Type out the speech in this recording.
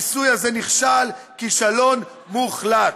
הניסוי הזה נכשל כישלון מוחלט.